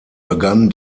begann